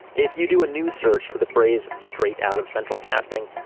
if you do a news search for the phrase straight out of central casting,